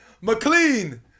mclean